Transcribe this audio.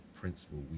principle